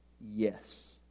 yes